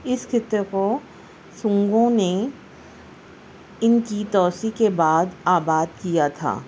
اس خطے کو سنگوں نے ان کی توسیع کے بعد آباد کیا تھا